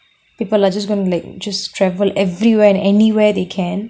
people are just gonna like just travel everywhere and anywhere they can